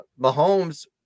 Mahomes